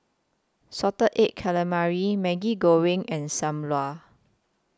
Salted Egg Calamari Maggi Goreng and SAM Lau